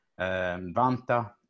Vanta